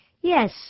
Yes